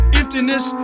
emptiness